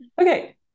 Okay